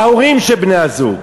ההורים של בני-הזוג.